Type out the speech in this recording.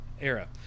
Era